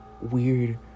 weird